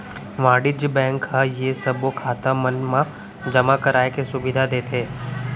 वाणिज्य बेंक ह ये सबो खाता मन मा जमा कराए के सुबिधा देथे